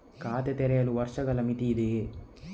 ಖಾತೆ ತೆರೆಯಲು ವರ್ಷಗಳ ಮಿತಿ ಇದೆಯೇ?